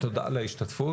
תודה על ההשתתפות.